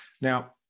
Now